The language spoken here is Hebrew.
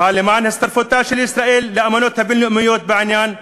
אפעל למען הצטרפותה של ישראל לאמנות הבין-לאומיות בעניין,